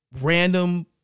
random